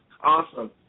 Awesome